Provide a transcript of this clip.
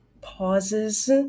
pauses